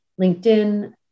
LinkedIn